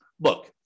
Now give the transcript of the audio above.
look